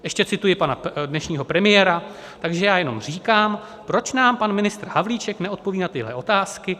Ještě cituji pana dnešního premiéra: Takže já jenom říkám, proč nám pan ministr Havlíček neodpoví na tyhle otázky.